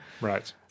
right